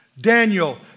Daniel